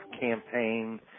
campaign